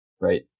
right